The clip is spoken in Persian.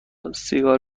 سیگار